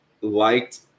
liked